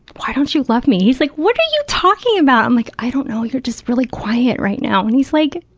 why don't you love me? he's like, what are you talking about? i'm like, i don't know, you're just really quiet right now, and he's like,